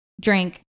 drink